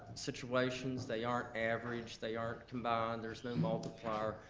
situations. they aren't average, they aren't combined, there's no multiplier.